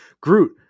Groot